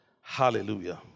Hallelujah